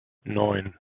neun